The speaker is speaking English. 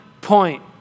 point